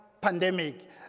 pandemic